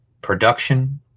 production